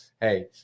Hey